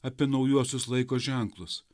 apie naujuosius laiko ženklus